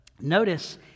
notice